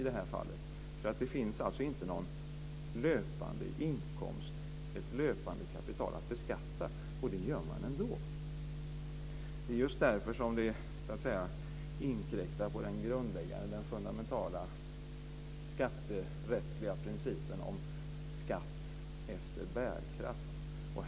Det finns alltså ingen löpande inkomst eller något löpande kapital att beskatta, men det gör man ändå. Det är just därför det inkräktar på den grundläggande och fundamentala skatterättsliga principen om skatt efter bärkraft.